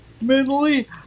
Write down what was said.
mentally